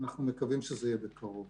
אנחנו מקווים שזה יהיה בקרוב.